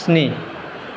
स्नि